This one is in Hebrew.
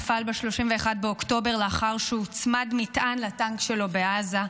נפל ב-31 באוקטובר לאחר שהוצמד מטען לטנק שלו בעזה.